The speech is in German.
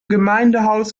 gemeindehaus